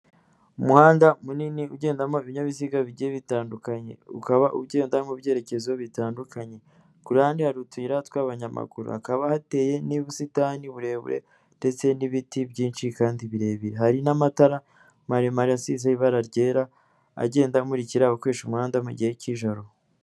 Umuhanda munini ugendamo ibinyabiziga bigiye bitandukanye, ukaba ugenda mu byerekezo bitandukanye, ku ruhande hari utuyira tw'abanyamaguru, hakaba hateye n'ubusitani burebure ndetse n'ibiti byinshi kandi birebire, hari n'amatara maremare asizeho ibara ryera, agenda amurikira ubakoresha umuhanda mu gihe cy'ijoro.